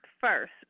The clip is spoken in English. first